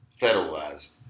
federalized